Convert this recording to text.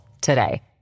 today